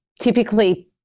typically